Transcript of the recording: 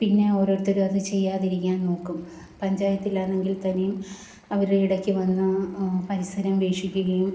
പിന്നെ ഓരോരുത്തരും അതു ചെയ്യാതിരിക്കാൻ നോക്കും പഞ്ചായത്തിലാണെങ്കിൽ തന്നെയും അവർ ഇടക്ക് വന്ന് പരിസരം വീക്ഷിക്കുകയും